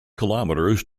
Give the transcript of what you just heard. kilometers